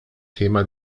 thema